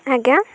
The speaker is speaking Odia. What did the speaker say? ଆଜ୍ଞା